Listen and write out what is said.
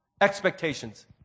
expectations